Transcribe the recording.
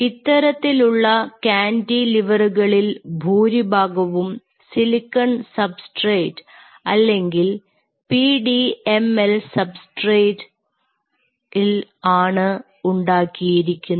ഇത്തരത്തിലുള്ള കാന്റിലിവറുകളിൽ ഭൂരിഭാഗവും സിലിക്കൺ സബ്സ്ട്രേറ്റ് അല്ലെങ്കിൽ പിഡിഎംഎൽ സബ്സ്ട്രേറ്റ് ൽ ആണ് ഉണ്ടാക്കിയിരിക്കുന്നത്